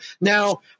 now